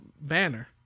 banner